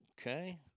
Okay